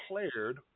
declared